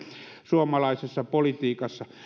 suomalaisessa politiikassa